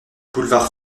boulevard